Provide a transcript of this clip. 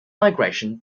migration